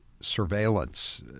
surveillance